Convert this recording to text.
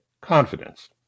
confidence